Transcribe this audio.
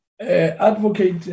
Advocate